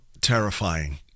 terrifying